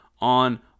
on